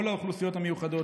כל האוכלוסיות המיוחדות,